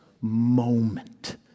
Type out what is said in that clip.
moment